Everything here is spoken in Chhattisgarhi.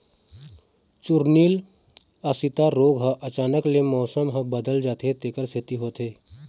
चूर्निल आसिता रोग ह अचानक ले मउसम ह बदलत जाथे तेखर सेती होथे